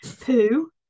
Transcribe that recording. Poo